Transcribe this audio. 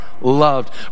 loved